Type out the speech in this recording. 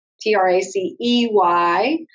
T-R-A-C-E-Y